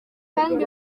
kandi